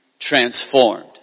transformed